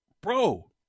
bro